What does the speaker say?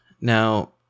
Now